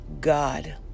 God